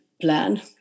plan